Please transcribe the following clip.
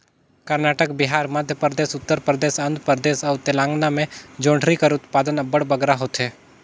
करनाटक, बिहार, मध्यपरदेस, उत्तर परदेस, आंध्र परदेस अउ तेलंगाना में जोंढरी कर उत्पादन अब्बड़ बगरा होथे